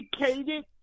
educated